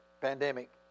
pandemic